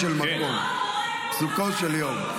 עד כאן פסוקו של מקום, פסוקו של יום.